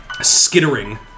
skittering